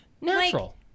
Natural